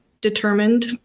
Determined